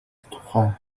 тухай